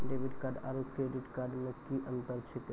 Debit card आरू credit card मे कि अन्तर छैक?